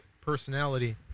personality